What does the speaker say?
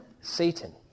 Satan